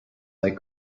like